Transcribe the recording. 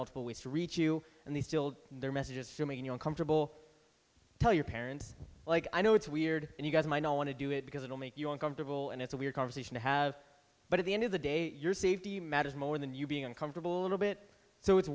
multiple ways to reach you and they still do their messages in your comfortable tell your parents like i know it's weird and you guys might not want to do it because it'll make you uncomfortable and it's a weird conversation to have but at the end of the day your safety matters more than you being uncomfortable a little bit so it's